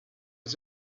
was